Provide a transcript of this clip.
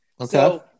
Okay